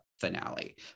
finale